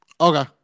Okay